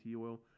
oil